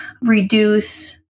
reduce